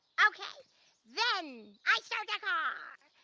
okay then i start the car.